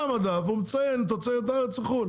על המדף הוא מציין אם זו תוצרת הארץ או ייבוא.